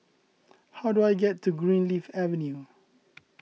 how do I get to Greenleaf Avenue